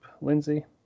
Lindsay